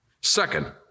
Second